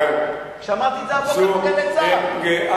שמעתי את זה הבוקר ב"גלי צה"ל",